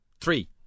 Three